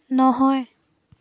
নহয়